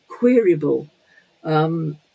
queryable